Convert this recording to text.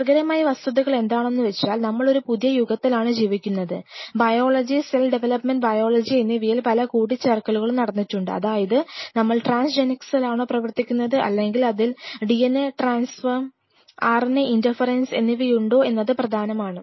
രസകരമായ വസ്തുതകൾ എന്താണെന്നു വെച്ചാൽ നമ്മൾ ഒരു പുതിയ യുഗത്തിലാണ് ജീവിക്കുന്നത് ബയോളജി സെൽ ഡെവലപ്മെൻറ് ബയോളജി എന്നിവയിൽ പല കൂട്ടിച്ചേർക്കലുകളും നടന്നിട്ടുണ്ട് അതായത് നമ്മൾ ട്രാൻസ് ജനിക്സിലാണോ പ്രവർത്തിക്കുന്നത് അല്ലെങ്കിൽ അതിൽ DNA ട്രാൻസ്ഫർ RNA I എന്നിവയുണ്ടോ എന്നത് പ്രധാനമാണ്